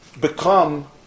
become